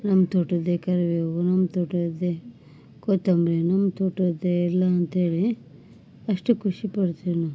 ನಮ್ಮ ತೋಟದ್ದೆ ಕರಿಬೇವು ನಮ್ಮ ತೋಟದ್ದೆ ಕೊತ್ತಂಬರಿ ನಮ್ಮ ತೋಟದ್ದೆ ಎಲ್ಲ ಅಂತೇಳಿ ಅಷ್ಟು ಖುಷಿ ಪಡ್ತೇವೆ ನಾವು